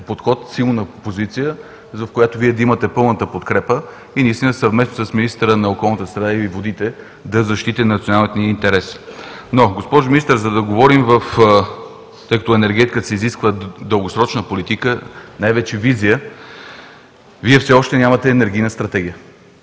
подход, силна позиция, в която Вие да имате пълната подкрепа, и съвместно с министъра на околната среда и водите да защитите националните ни интереси. Госпожо Министър, тъй като в енергетиката се изисква дългосрочна политика, най-вече визия, Вие все още нямате енергийна стратегия.